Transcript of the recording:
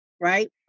right